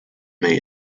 may